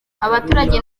abaturage